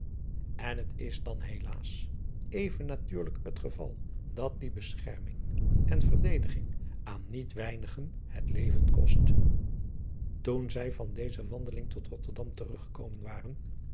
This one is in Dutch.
n het is dan helaas even natuurlijk het geval dat die bescherming en verdediging aan niet weinigen het leven kost oen zij van deze wandeling door otterdam teruggekomen waren